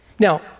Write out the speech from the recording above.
Now